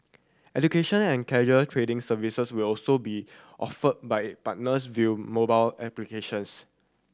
education and casual trading services will also be offered by it partners via mobile applications